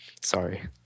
sorry